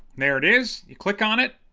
there it is, you click on it,